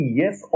yes